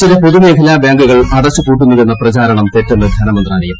ചില പൊതുമേഖലാ ബാങ്കുകൾ അടച്ചു പൂട്ടുന്നുവെന്ന പ്രചരണം തെറ്റെന്ന് ധനമന്ത്രാലയം